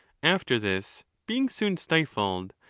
after this, being soon stifled,